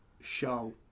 show